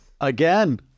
Again